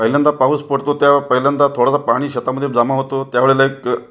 पहिल्यांदा पाऊस पडतो तेव्हा पहिल्यांदा थोडासा पाणी शेतामध्ये जमा होतो त्यावेळेला एक